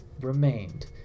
remained